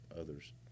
others